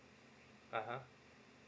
(uh huh)